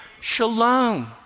shalom